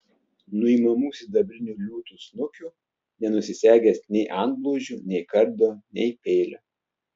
nuimamų sidabrinių liūtų snukių nenusisegęs nei antblauzdžių nei kardo nei peilio